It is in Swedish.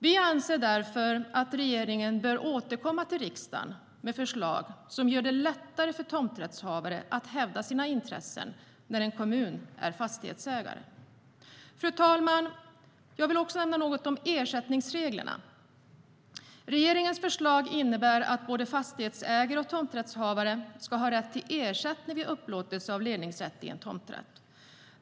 Vi anser därför att regeringen bör återkomma till riksdagen med förslag som gör det lättare för tomträttshavare att hävda sina intressen när en kommun är fastighetsägare. Fru talman! Jag vill också nämna något om ersättningsreglerna. Regeringens förslag innebär att både fastighetsägare och tomträttshavare ska ha rätt till ersättning vid upplåtelse av ledningsrätt i en tomträtt.